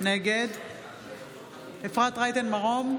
נגד אפרת רייטן מרום,